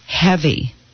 heavy